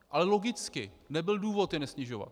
Ale logicky nebyl důvod je nesnižovat.